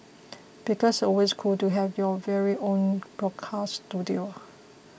because always cool to have your very own broadcast studio